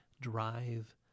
drive